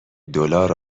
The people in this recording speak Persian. دلار